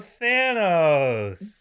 Thanos